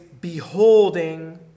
beholding